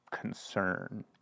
concern